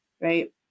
Right